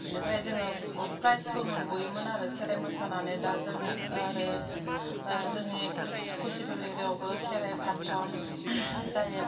बिनिफ्राय जोङो बुहुत प्राइजबो मोनबोयोमोन आरो खेराइ मोसानानै दा जोंनि आरो जोंनि कसिबिल एरियायावबो खेराइ फांसन जायो